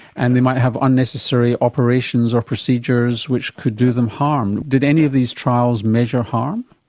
and they might have unnecessary operations or procedures which could do them harm. did any of these trials measure harm?